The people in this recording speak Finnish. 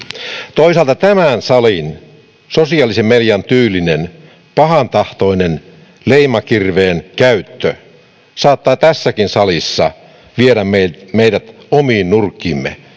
toisaalta tämän salin sosiaalisen median tyylinen pahantahtoinen leimakirveen käyttö saattaa tässäkin salissa viedä meidät meidät omiin nurkkiimme